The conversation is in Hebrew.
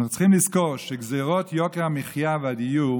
אנחנו צריכים לזכור שגזרות יוקר המחיה והדיור